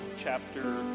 chapter